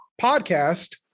podcast